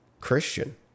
Christian